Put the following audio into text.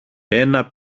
ένα